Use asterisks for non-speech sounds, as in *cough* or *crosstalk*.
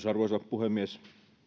*unintelligible* arvoisa puhemies